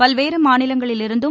பல்வேறு மாநிலங்களிலிந்தும்